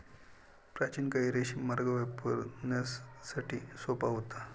प्राचीन काळी रेशीम मार्ग व्यापारासाठी सोपा होता